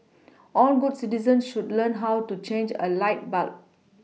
all good citizens should learn how to change a light bulb